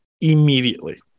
immediately